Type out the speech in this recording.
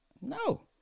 no